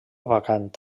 vacant